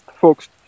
folks